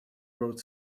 wrote